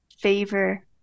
favor